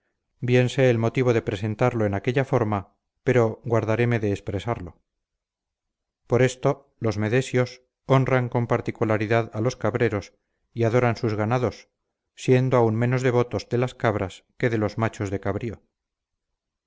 sé el motivo de presentarlo en aquella forma pero guardaréme de expresarlo por esto los medesios honran con particularidad a los cabreros y adoran sus ganados siendo aun menos devotos de las cabras que de los machos de cabrío